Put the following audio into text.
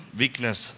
weakness